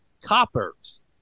coppers